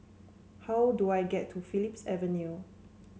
how do I get to Phillips Avenue